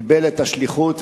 קיבל את השליחות,